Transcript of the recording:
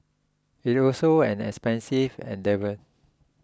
it's also an expensive endeavour